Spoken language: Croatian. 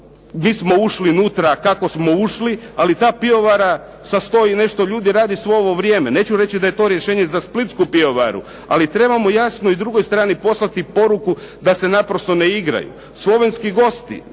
mi smo ušli unutra kako smo ušli ali ta pivovara sa 100 i nešto ljudi radi svo ovo vrijeme. Neću reći da je to rješenje za splitsku pivovaru ali trebamo jasno i drugoj strani poslati poruku da se naprosto ne igraju. Slovenski gosti